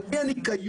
על פי הניקיון,